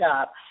up